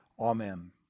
Amen